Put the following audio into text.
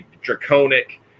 draconic